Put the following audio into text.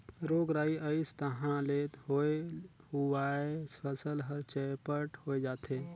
रोग राई अइस तहां ले होए हुवाए फसल हर चैपट होए जाथे